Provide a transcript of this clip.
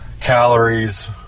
calories